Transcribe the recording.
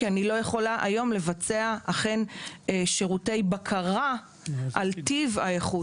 כי היום אני לא יכולה לבצע שירותי בקרה על טיב האיכות;